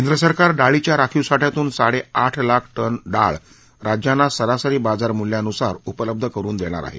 केंद्र सरकार डाळीच्या राखीव साठ्यातून साडेआठ लाख टन डाळ राज्यांना सरासरी बाजार मूल्यानुसार उपलब्ध करुन देणार आहे